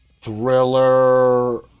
thriller